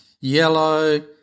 yellow